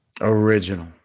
Original